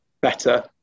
better